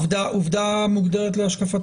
עובדה מוגמרת להשקפתך.